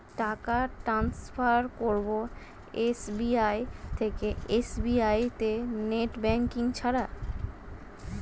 টাকা টান্সফার করব এস.বি.আই থেকে এস.বি.আই তে নেট ব্যাঙ্কিং ছাড়া?